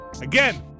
again